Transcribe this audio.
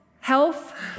health